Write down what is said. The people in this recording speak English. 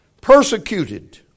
Persecuted